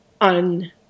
on